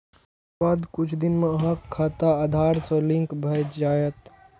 एकर बाद किछु दिन मे अहांक खाता आधार सं लिंक भए जायत